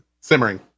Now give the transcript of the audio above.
simmering